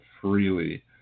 freely